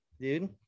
dude